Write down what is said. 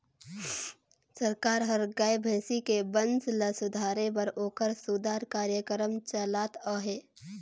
सरकार हर गाय, भइसी के बंस ल सुधारे बर ओखर सुधार कार्यकरम चलात अहे